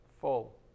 full